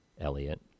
Elliot